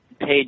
Page